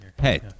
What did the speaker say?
Hey